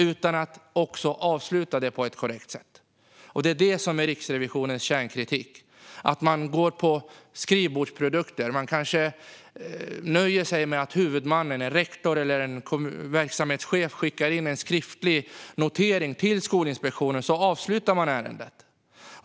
Det är Riksrevisionens kärnkritik. Det handlar om att inspektionen vänder sig till skrivbordsprodukter. Man kanske nöjer sig med att huvudmannen, en rektor eller en verksamhetschef skickar in en skriftlig notering till Skolinspektionen. Sedan avslutar man ärendet.